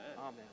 Amen